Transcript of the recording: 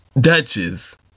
Duchess